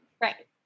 Right